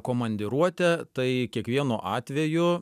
komandiruotė tai kiekvienu atveju